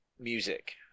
Music